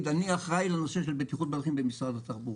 אני אחראי לנושא של בטיחות בדרכים במשרד התחבורה.